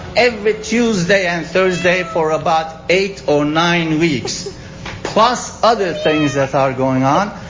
every tuesday and thursday for about eight or nine weeks plus other things that are going on,